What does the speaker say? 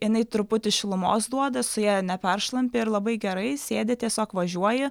jinai truputį šilumos duoda su ja neperšlampi ir labai gerai sėdi tiesiog važiuoji